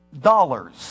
dollars